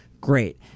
great